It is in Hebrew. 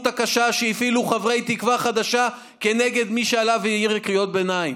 הקשה שהפעילו חברי תקווה חדשה נגד מי שעלה והעיר קריאות ביניים.